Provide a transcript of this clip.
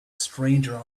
stranger